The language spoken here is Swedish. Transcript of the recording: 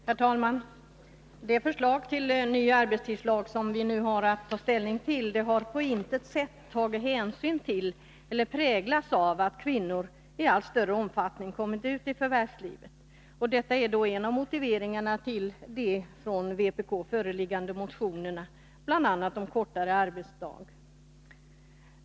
Herr talman! Det förslag till ny arbetstidslag som vi nu har att ta ställning till har på intet sätt tagit hänsyn till eller präglats av att kvinnor i allt större omfattning kommit ut i förvärvslivet. Detta är en av motiveringarna till de från vpk föreliggande motionerna, bl.a. om kortare arbetsdag.